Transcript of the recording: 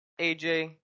AJ